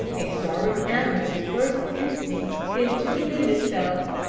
a startled animal's first instinct is to defend itself.